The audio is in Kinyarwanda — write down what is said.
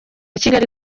kigali